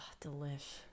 delish